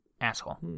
Asshole